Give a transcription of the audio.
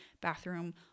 bathroom